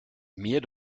mir